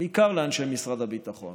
בעיקר לאנשי משרד הביטחון,